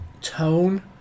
tone